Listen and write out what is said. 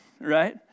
right